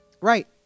right